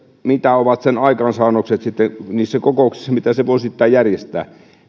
mitä ovat sen aikaansaannokset sitten niissä kokouksissa mitä se vuosittain järjestää